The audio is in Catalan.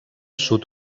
sud